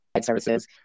services